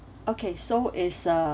okay so it's a